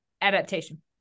adaptation